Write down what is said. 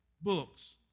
books